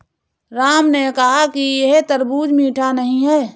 राम ने कहा कि यह तरबूज़ मीठा नहीं है